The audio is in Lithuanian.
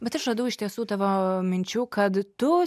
bet aš radau iš tiesų tavo minčių kad tu